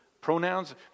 Pronouns